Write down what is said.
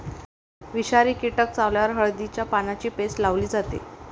विषारी कीटक चावल्यावर हळदीच्या पानांची पेस्ट लावली जाते